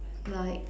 like